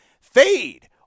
Fade